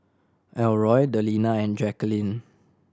Elroy Delina and Jackeline